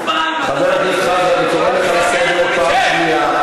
חבר הכנסת חזן, אני קורא אותך לסדר פעם ראשונה.